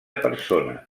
persona